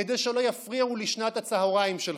כדי שלא יפריעו לשנת הצוהריים שלך.